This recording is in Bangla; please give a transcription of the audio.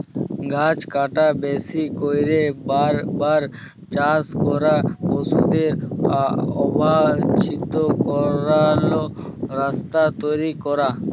গাহাচ কাটা, বেশি ক্যইরে বার বার চাষ ক্যরা, পশুদের অবাল্ছিত চরাল, রাস্তা তৈরি ক্যরা